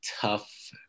tough